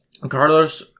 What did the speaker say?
Carlos